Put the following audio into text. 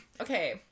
Okay